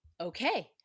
okay